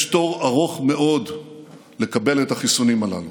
יש תור ארוך מאוד לקבל את החיסונים הללו,